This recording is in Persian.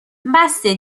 بسه